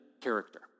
character